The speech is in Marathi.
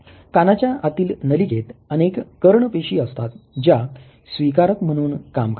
कानाच्या आतील नलिकेत अनेक कर्ण पेशी असतात ज्या स्वीकारक म्हणून काम करतात